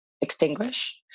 extinguish